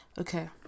Okay